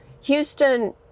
Houston